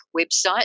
website